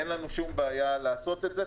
אין לנו שום בעיה לעשות את זה.